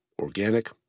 organic